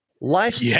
life